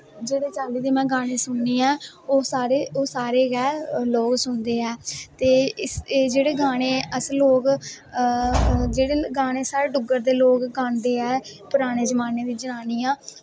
जेह्ड़े चाल्ली दे में गाने सुननी ऐं ओह् सारे गै लोग सुनदे ऐ ते जेह्ड़े गाने अस लोग जेह्ड़े गाने साढ़े डुग्गर दे लोग गांदे ऐं पराने जमाने दी जनानियां